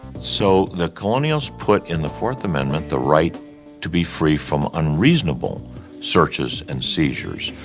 so, the colonials put in the fourth amendment the right to be free from unreasonable searches and seizures.